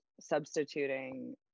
substituting